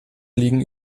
liegen